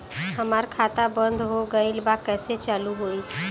हमार खाता बंद हो गईल बा कैसे चालू होई?